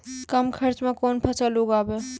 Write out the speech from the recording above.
कम खर्चा म केना फसल उगैबै?